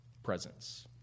presence